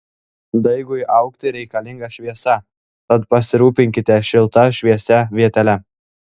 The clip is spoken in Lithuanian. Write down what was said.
daigui augti reikalinga šviesa tad pasirūpinkite šilta šviesia vietele